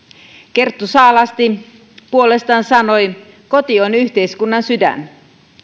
kerttu saalasti puolestaan sanoi koti on yhteiskunnan sydän